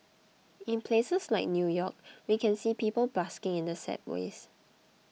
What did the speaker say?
in places like New York we can see people busking in the ways